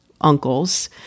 uncles